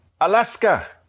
Alaska